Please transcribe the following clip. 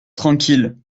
tranquille